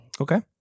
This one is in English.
Okay